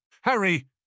Harry